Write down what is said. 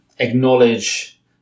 Acknowledge